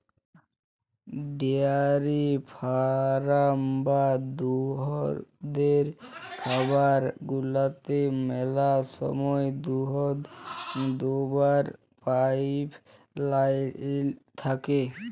dairy farm বা দুহুদের খামার গুলাতে ম্যালা সময় দুহুদ দুয়াবার পাইপ লাইল থ্যাকে